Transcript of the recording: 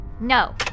No